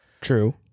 true